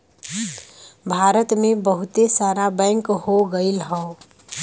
भारत मे बहुते सारा बैंक हो गइल हौ